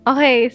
Okay